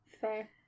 fair